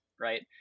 right